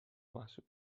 محسوب